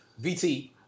VT